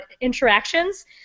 interactions